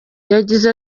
yagize